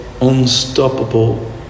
unstoppable